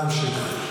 נא, המשך.